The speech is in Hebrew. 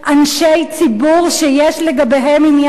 אנשי ציבור שיש לגביהם עניין ציבורי,